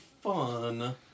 fun